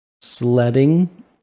Sledding